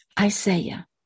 Isaiah